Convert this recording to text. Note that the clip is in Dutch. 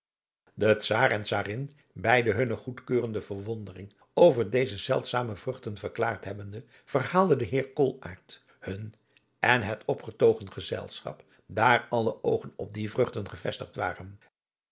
de czaar en czarin beide hunne goedkeurende verwondering over deze zeldzame vruchten verklaard hebbende verhaalde de heer koolaart hun en het opgetogen gezelschap daar alle oogen op die vruchten gevestigd waren